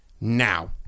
Now